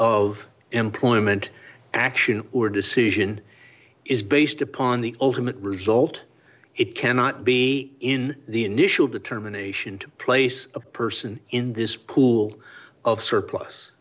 of employment action or decision is based upon the ultimate result it cannot be in the initial determination to place a person in this pool of surplus